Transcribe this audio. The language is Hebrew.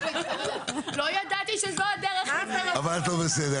לא ידעתי שזו הדרך להצטרף --- אבל את בסדר,